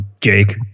jake